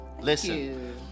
Listen